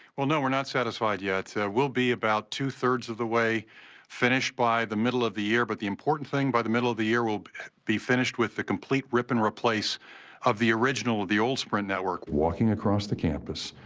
well no, we're not satisfied yet. we'll be about two-thirds of the way finished by the middle of the year, but the the important thing by the middle of the year we'll be finished with the complete rip and replace of the original, the old sprint network. walking across the campus,